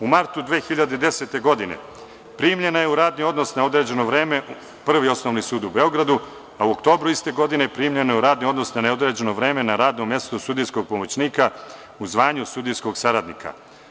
U martu 2010. godine primljena je u radni odnos na određeno vreme u Prvi osnovni sud u Beogradu, a u oktobru iste godine primljena je u radni odnos na neodređeno vreme na radno mesto sudijskog pomoćnika u zvanju sudijskog saradnika.